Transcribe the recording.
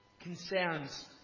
concerns